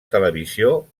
televisió